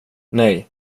nej